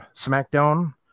SmackDown